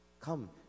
Come